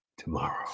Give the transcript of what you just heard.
tomorrow